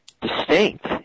distinct